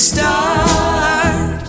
Start